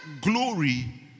glory